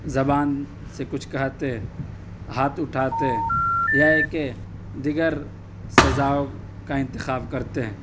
زبان سے کچھ کہتے ہاتھ اٹھاتے یا یہ کہ دیگر سزاؤں کا انتخاب کرتے